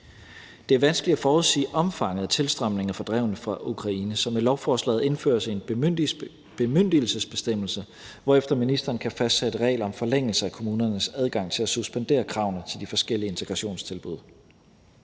Det er vanskeligt at forudsige omfanget af tilstrømningen af fordrevne fra Ukraine, så med lovforslaget indføres en bemyndigelsesbestemmelse, hvorefter ministeren kan fastsætte regler om forlængelse af kommunernes adgang til at suspendere kravene til de forskellige integrationstilbud.